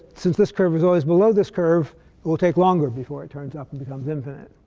since this curve is always below this curve, it will take longer before it turns up and becomes infinite.